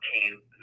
came